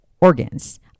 organs